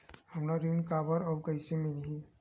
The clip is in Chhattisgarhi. हमला ऋण काबर अउ कइसे मिलही?